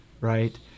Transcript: right